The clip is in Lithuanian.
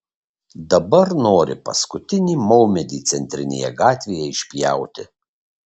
dabar nori paskutinį maumedį centrinėje gatvėje išpjauti